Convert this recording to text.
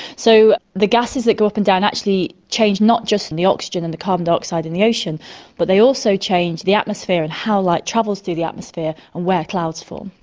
so the gases that go up and down actually change not just the oxygen and the carbon dioxide in the ocean but they also change the atmosphere and how light travels through the atmosphere and where clouds form.